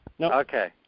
Okay